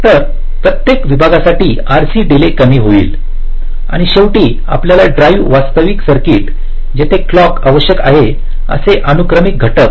तर प्रत्येक विभागांसाठी RC डीले कमी होईल आणि शेवटी आपला ड्राईव्ह वास्तविक सर्किट जेथे क्लॉक आवश्यक आहेत आसे अनुक्रमिक घटक